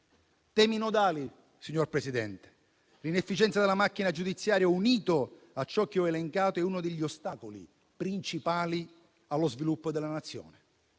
temi nodali, signor Presidente. L'inefficienza della macchina giudiziaria, unita a ciò che ho elencato, è uno degli ostacoli principali allo sviluppo della Nazione.